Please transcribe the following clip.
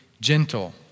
gentle